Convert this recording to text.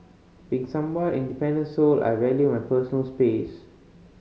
being somewhat independent soul I value my personal space